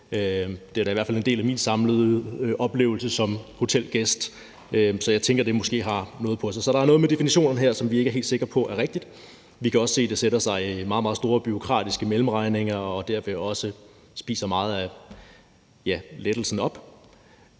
er det da i hvert fald som hotelgæst en del af min samlede oplevelse, så jeg tænker, at det måske har noget på sig. Så der er jo her noget med definitionen, som vi ikke er helt sikre på er rigtigt, og vi kan også se, at det sætter sig i nogle meget, meget store bureaukratiske mellemregninger, og at det derved spiser meget af lettelsen op.